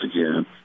again